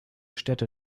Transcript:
städte